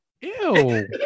Ew